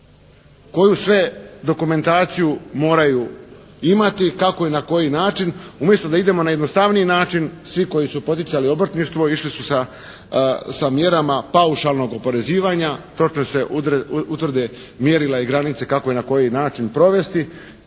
koju sve dokumentaciju mora imati, kako i na koji način? Umjesto da idemo na jednostavniji način. Svi koji su poticali obrtništvo išli su sa mjerama paušalnom oporezivanja pošto se utvrde mjerila i granice kako i na koji način provesti.